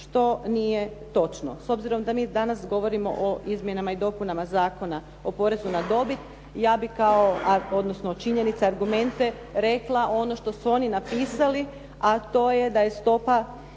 što nije točno, s obzirom da mi danas govorimo o izmjenama i dopunama Zakona o porezu na dobit ja bih kao, odnosno činjenica, agrumente rekla ono što su oni napisali, a to je da je stopa